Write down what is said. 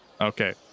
Okay